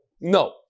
No